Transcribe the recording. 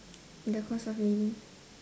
the cost of living